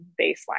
baseline